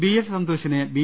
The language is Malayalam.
ബി എൽ സന്തോഷിനെ ബി